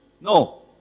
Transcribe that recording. No